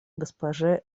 госпоже